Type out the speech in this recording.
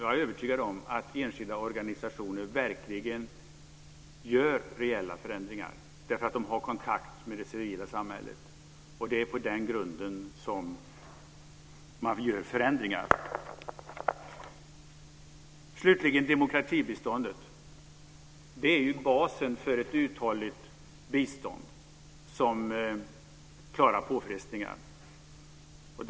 Jag är övertygad om att enskilda organisationer verkligen åstadkommer reella förändringar, för de har kontakt med det civila samhället. Det är på den grunden som man gör förändringar. Slutligen vill jag säga att demokratibiståndet är basen för ett uthålligt bistånd som klarar påfrestningar.